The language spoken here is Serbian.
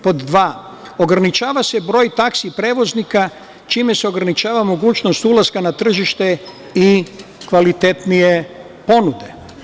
Pod dva, ograničava se broj taksi prevoznika, čime se ograničava mogućnost ulaska na tržište i kvalitetnije ponude.